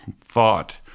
thought